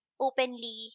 openly